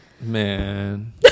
Man